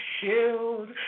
shield